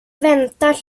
väntar